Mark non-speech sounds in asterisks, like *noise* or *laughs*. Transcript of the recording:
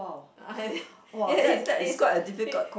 *laughs* it's his he